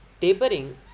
Tapering